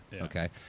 okay